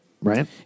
right